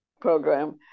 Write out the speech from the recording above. program